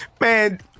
Man